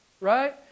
right